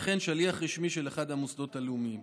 וכן שליח רשמי של אחד המוסדות הלאומיים.